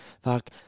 fuck